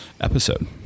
episode